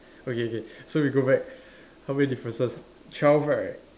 okay K so we go back how many differences twelve right